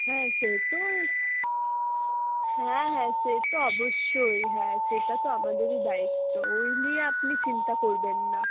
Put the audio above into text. হ্যাঁ সে তো ওর হ্যাঁ হ্যাঁ সে তো অবশ্যই হ্যাঁ সেটা তো আমাদেরই দায়িত্ব ওই নিয়ে আপনি চিন্তা করবেন না